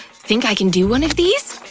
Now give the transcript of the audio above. think i can do one of these?